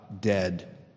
dead